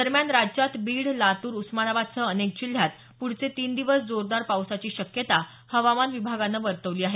दरम्यान राज्यात बीड लातूर उस्मानाबादसह अनेक जिल्ह्यात पुढचे तीन दिवस जोरदार पावसाची शक्यता हवामान विभागानं वर्तवली आहे